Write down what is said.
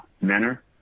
manner